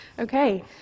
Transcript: Okay